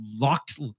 locked